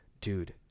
dude